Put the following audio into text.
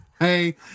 Hey